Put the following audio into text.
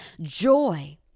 Joy